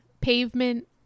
pavement